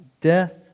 death